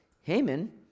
Haman